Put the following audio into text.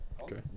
Okay